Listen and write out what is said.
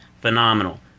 Phenomenal